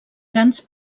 grans